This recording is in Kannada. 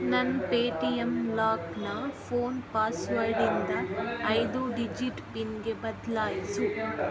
ನನ್ನ ಪೇಟಿಎಮ್ ಲಾಕ್ನ ಫೋನ್ ಪಾಸ್ವರ್ಡಿಂದ ಐದು ಡಿಜಿಟ್ ಪಿನ್ಗೆ ಬದಲಾಯ್ಸು